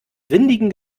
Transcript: windigen